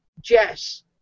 Jess